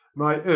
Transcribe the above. my oath,